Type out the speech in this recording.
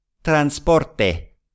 transporte